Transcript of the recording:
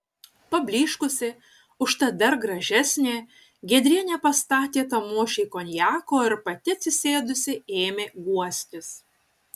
pablyškusi užtat dar gražesnė giedrienė pastatė tamošiui konjako ir pati atsisėdusi ėmė guostis